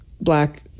black